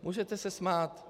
Můžete se smát.